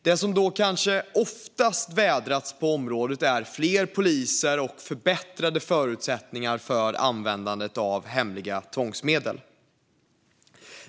Det som kanske oftast har vädrats på området är fler poliser och förbättrade förutsättningar för användandet av hemliga tvångsmedel.